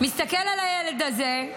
מסתכל על הילד הזה,